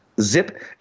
Zip